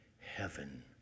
heaven